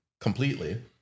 completely